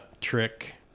trick